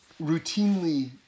routinely